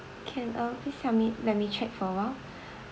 can uh please help me let me check for awhile